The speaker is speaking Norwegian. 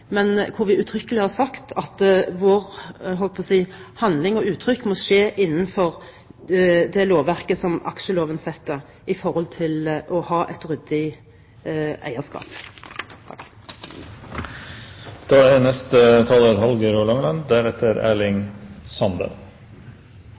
vi uttrykkelig har sagt at våre handlinger og uttrykk må skje innenfor de krav som lovverket, aksjeloven, setter, med hensyn til å ha et ryddig eierskap.